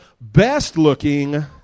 best-looking